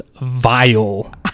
vile